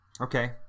Okay